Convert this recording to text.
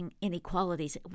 inequalities